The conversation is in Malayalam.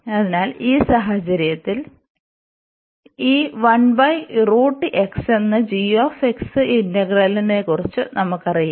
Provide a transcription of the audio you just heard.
അതിനാൽ ഈ സാഹചര്യത്തിൽ ഈ എന്ന g ഇന്റഗ്രലിനെക്കുറിച്ച് നമുക്കറിയാം